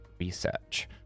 research